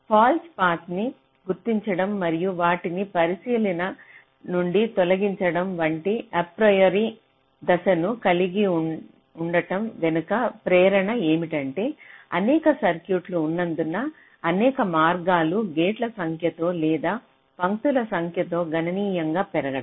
falls path న్ని గుర్తించడం మరియు వాటిని పరిశీలన నుండి తొలగించడం వంటి అప్రియరీ దశను కలిగి ఉండటం వెనుక ప్రేరణ ఏమిటంటే అనేక సర్క్యూట్లు ఉన్నందున అనేక మార్గాలు గేట్ల సంఖ్యతో లేదా పంక్తుల సంఖ్యతో గణనీయంగా పెరగడం